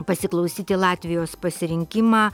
pasiklausyti latvijos pasirinkimą